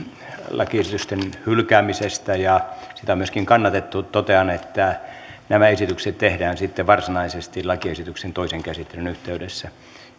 lakiesitysten hylkäämisestä ja sitä on myöskin kannatettu totean että nämä esitykset tehdään sitten varsinaisesti lakiesityksen toisen käsittelyn yhteydessä